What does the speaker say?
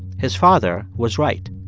his father was right.